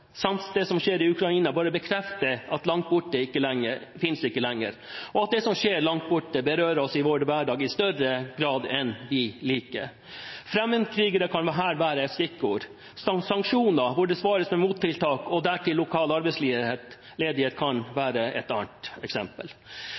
samt det som skjer i Ukraina, bekrefter at langt borte ikke finnes lenger, og at det som skjer langt borte, berører oss i vår hverdag i større grad enn vi liker. Fremmedkrigere kan her være et stikkord, og sanksjoner, hvor det svares med mottiltak og dertil lokal arbeidsledighet, kan være et annet. Historien viser at den storpolitiske hverdagen kan